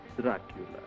Dracula